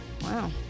Wow